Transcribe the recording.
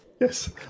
Yes